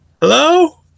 Hello